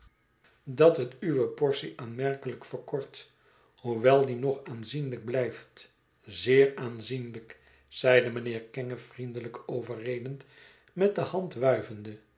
dat het uwe portie het veblaten huis aanmerkelijk verkort hoewel die nog aanzienlijk blijft zeer aanzienlijk zeide mijnheer kenge vriendelijk overredend met de